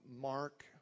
Mark